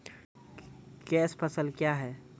Cash फसल क्या हैं?